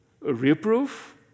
reproof